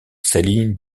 céline